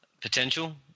potential